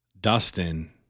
Dustin